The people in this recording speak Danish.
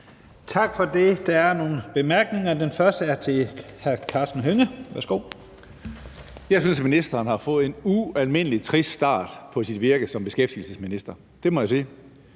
Tak for det. Der er nogle korte bemærkninger. Den første er til hr. Karsten Hønge. Værsgo. Kl. 14:29 Karsten Hønge (SF): Jeg synes, ministeren har fået en ualmindelig trist start på sit virke som beskæftigelsesminister. Det må jeg sige.